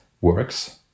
works